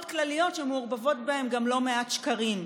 כלליות שמעורבבים בהן גם לא מעט שקרים.